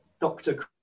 Doctor